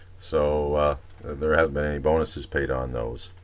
so there hasn't been any bonuses paid on those.